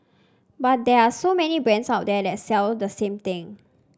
but there are so many brands out there that sell the same thing